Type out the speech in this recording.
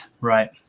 right